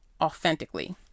authentically